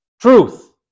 truth